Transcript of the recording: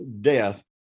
death